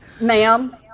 ma'am